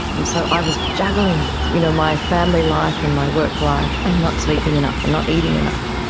and so i was juggling you know my family life and my work life and not sleeping enough and not eating enough.